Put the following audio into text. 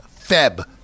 Feb